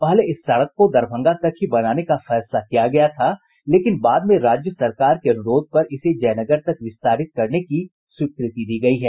पहले इस सड़क को दरभंगा तक ही बनाने का फैसला लिया गया था लेकिन बाद में राज्य सरकार के अनुरोध पर इसे जयनगर तक विस्तारित करने की स्वीकृति दी गयी है